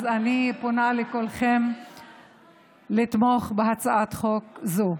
אז אני פונה לכולכם לתמוך בהצעת חוק זו.